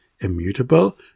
immutable